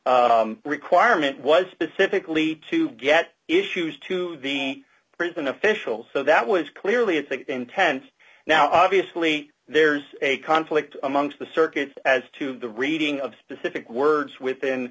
exhaustion requirement was specifically to get issues to the prison officials so that was clearly at the intent now obviously there's a conflict amongst the circuit as to the reading of specific words within